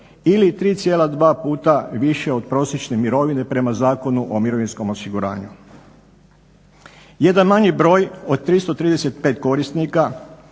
ili 3,2 puta više od prosječne mirovine prema Zakonu o mirovinskom osiguranju. Jedan manji broj od 335 korisnika,